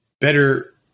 better